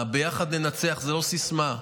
"ביחד ננצח" זה לא סיסמה,